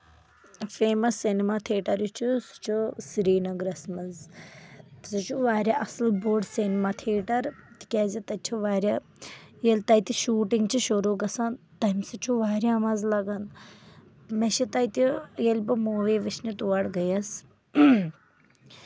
famous cinema theatre یُس چھُ سُہ چھُ سری نَگرس منٛز سُہ چھُ واریاہ اَصٕل بوٚڑ سینیما تھیٹر تِکیٚازِ تَتہِ چھِ واریاہ ییٚلہِ تَتہِ شوٗٹنٛگ چھےٚ شروٗع گژھان تَمہِ سۭتۍ چھُ واریاہ مَزٕ لَگان مےٚ چھِ تَتہِ ییٚلہِ بہٕ موٗوی وٕچھنہِ تور گٔیَس